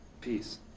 Peace